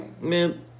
man